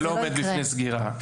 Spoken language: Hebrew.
זה לא עומד בפני סגירה.